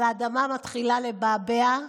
אבל האדמה מתחילה לבעבע,